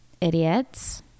idiots